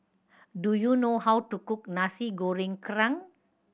do you know how to cook Nasi Goreng Kerang